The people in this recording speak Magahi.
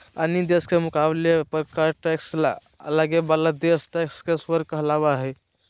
अन्य देश के मुकाबले कम टैक्स लगे बाला देश टैक्स के स्वर्ग कहलावा हई